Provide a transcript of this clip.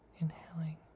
Inhaling